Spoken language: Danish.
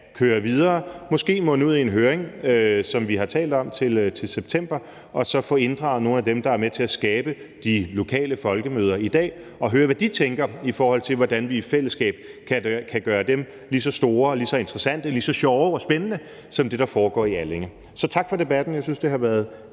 køre videre og måske munde ud i en høring, som vi har talt om, til september, og så kan vi få inddraget nogle af dem, der er med til at skabe de lokale folkemøder i dag, og høre, hvad de tænker om, at vi i fællesskab kan gøre dem lige så store, lige så interessante, lige så sjove og spændende som det, der foregår i Allinge. Så tak for debatten. Jeg synes, det har været